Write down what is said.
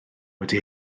wedi